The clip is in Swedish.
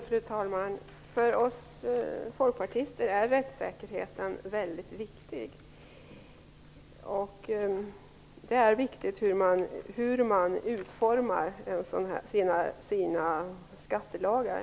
Fru talman! För oss folkpartister är rättssäkerheten väldigt viktig. Det är viktigt hur man utformar sina skattelagar.